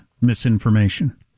misinformation